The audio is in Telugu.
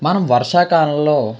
మనం వర్షాకాలంలో